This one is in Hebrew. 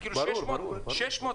היום למשל משלמים שכר דירה בצ'קים.